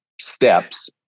steps